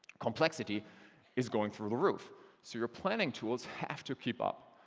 complexity is going through the roof so your planning tools have to keep up.